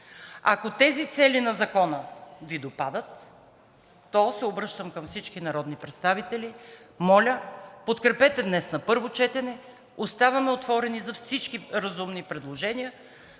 Ако тези цели на Закона Ви допадат, то се обръщам към всички народни представители: моля, подкрепете го днес на първо четене, оставаме отворени за всички разумни предложения.